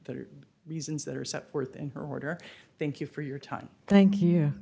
that are reasons that are set forth in her order thank you for your time thank you